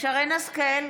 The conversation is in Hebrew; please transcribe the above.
שרן מרים השכל,